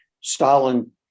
Stalin